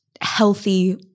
healthy